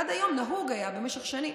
עד היום נהוג היה, במשך שנים,